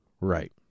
right